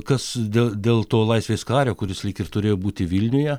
kas dėl dėl to laisvės kario kuris lyg ir turėjo būti vilniuje